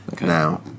now